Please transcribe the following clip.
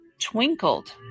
twinkled